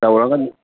ꯇꯧꯔꯒ